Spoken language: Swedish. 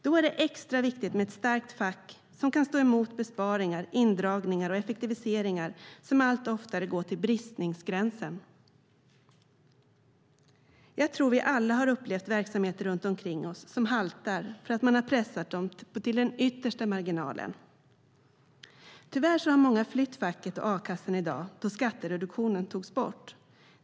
Då är det extra viktigt med ett starkt fack som kan stå emot besparingar, indragningar och effektiviseringar som allt oftare går till bristningsgränsen. Jag tror att vi alla har upplevt verksamheter runt omkring oss som haltar för att man har pressat dem till den yttersta marginalen. Tyvärr har många i dag flytt facket och a-kassan då skattereduktionen togs bort.